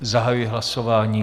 Zahajuji hlasování.